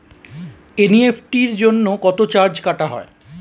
NEFT জন্য কত charge কাটা হয়?